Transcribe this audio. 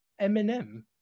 Eminem